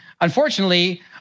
Unfortunately